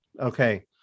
okay